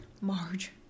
Marge